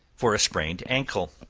for a sprained ancle.